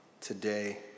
today